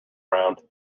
round